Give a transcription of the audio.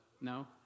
No